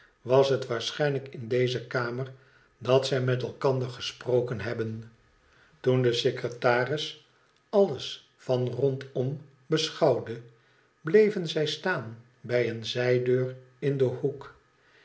was het waarschijnlijk in deze kamer dat zij met elkander gesproken hebben toen de secretaris alles van rondom beschouwde bleven zij staan bij eene zijdeur in een hoek